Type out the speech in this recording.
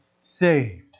saved